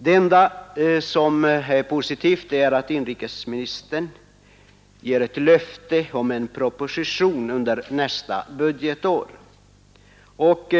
Det enda som är positivt är att inrikesministern utlovar en proposition under nästa budgetår och